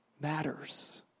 matters